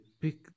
pick